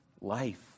life